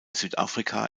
südafrika